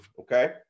Okay